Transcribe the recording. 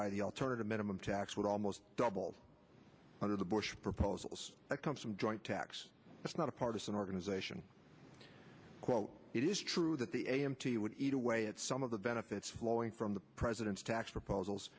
by the alternative minimum tax would almost double under the bush proposals that comes from joint tax cuts not a partisan organization quote it is true that the a m t would eat away at some of the benefits flowing from the president's tax proposals